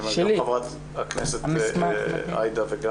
זה מסמך שלי, לא?